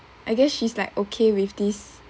I guess she's like okay with this